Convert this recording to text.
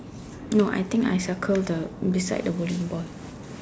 no I think I circle the beside the bowling ball